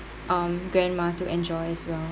um grandma to enjoy as well